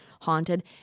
haunted